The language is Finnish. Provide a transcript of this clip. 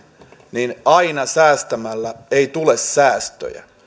niin aina säästämällä ei tule säästöjä